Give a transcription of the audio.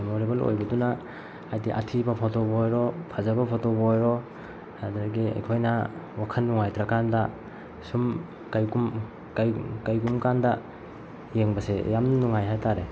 memorable ꯑꯣꯏꯕꯗꯨꯅ ꯍꯥꯏꯗꯤ ꯑꯊꯤꯕ ꯐꯣꯇꯣꯕꯨ ꯑꯣꯏꯔꯣ ꯐꯖꯕ ꯐꯣꯇꯣꯕꯨ ꯑꯣꯏꯔꯣ ꯑꯗꯒꯤ ꯑꯩꯈꯣꯏꯅ ꯋꯥꯈꯜ ꯅꯨꯡꯉꯥꯏꯇ꯭ꯔ ꯀꯥꯟꯗ ꯁꯨꯝ ꯀꯩꯒꯨꯝꯕ ꯀꯥꯟꯗ ꯌꯦꯡꯕꯁꯦ ꯌꯥꯝꯅ ꯅꯨꯡꯉꯥꯏ ꯍꯥꯏꯇꯔꯦ